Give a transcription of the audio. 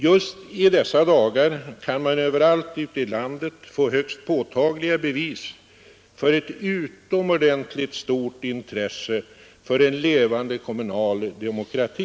Just i dessa dagar kan man överallt ute i landet få högst påtagliga bevis för ett utomordentligt stort intresse för en levande kommunal demokrati.